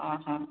ଓ ହଁ